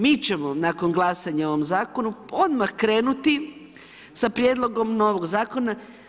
Mi ćemo nakon glasanja o ovom zakonu odmah krenuti sa prijedlogom novog zakona.